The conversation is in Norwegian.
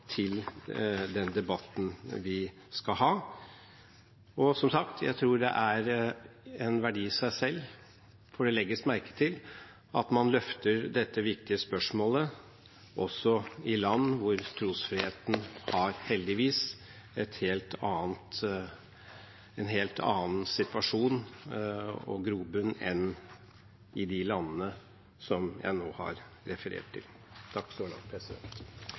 til at man løfter dette viktige spørsmålet også i land hvor trosfriheten har – heldigvis – en helt annen situasjon og grobunn enn i de landene som jeg nå har referert til. Takk så langt.